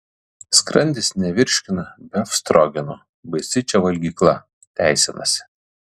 skrandis nevirškina befstrogeno baisi čia valgykla teisinasi